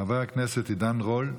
חבר הכנסת עידן רול,